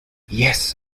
yes